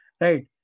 right